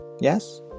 Yes